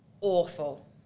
awful